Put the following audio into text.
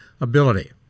ability